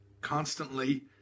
constantly